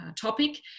Topic